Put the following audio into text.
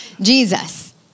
Jesus